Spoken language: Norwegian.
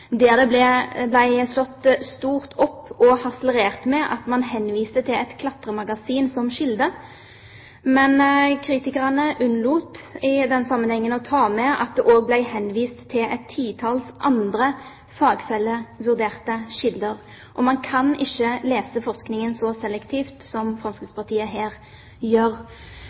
der det ble slått stort opp og harselert med at man henviste til et klatremagasin som kilde. Men kritikerne unnlot i den sammenhengen å ta med at det også ble henvist til et titall andre fagfellevurderte kilder. Man kan ikke lese forskningen så selektivt som Fremskrittspartiet her gjør.